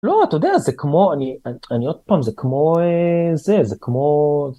לא, אתה יודע, זה כמו... אני עוד פעם, זה כמו...